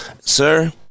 sir